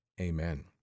amen